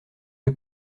que